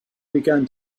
began